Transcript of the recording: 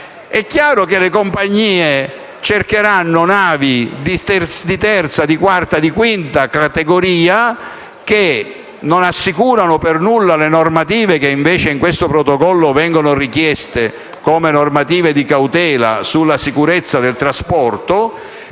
è chiaro che le compagnie cercheranno navi di terza, di quarta, di quinta categoria, che non assicurano minimamente le normative che invece in questo protocollo vengono richieste come cautela sulla sicurezza del trasporto,